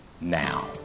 now